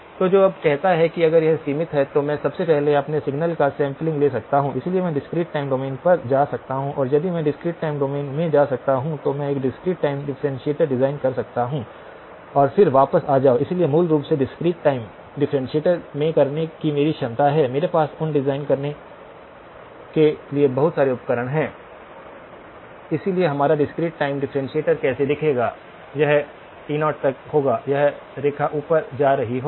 तो जो तब कहता है कि अगर यह सीमित है तो मैं सबसे पहले अपने सिग्नल का सैंपलिंग ले सकता हूं इसलिए मैं डिस्क्रीट टाइम डोमेन पर जा सकता हूं और यदि मैं डिस्क्रीट टाइम डोमेन में जा सकता हूं तो मैं एक डिस्क्रीट टाइम डिफ्रेंटिएटर डिजाइन कर सकता हूं और फिर वापस आ जाओ इसलिए मूल रूप से डिस्क्रीट टाइम डिफ्रेंटिएटर में करने की मेरी क्षमता है मेरे पास उन डिज़ाइन करने के लिए बहुत सारे उपकरण हैं इसलिए हमारा डिस्क्रीट टाइम डिफ्रेंटिएटर कैसे दिखेगा यह to तक होगा यह रेखा ऊपर जा रही होगी